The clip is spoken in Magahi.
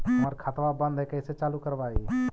हमर खतवा बंद है कैसे चालु करवाई?